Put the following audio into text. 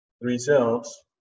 results